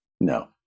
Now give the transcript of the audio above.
No